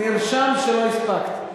לא הספקת?